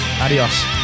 Adios